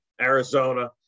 Arizona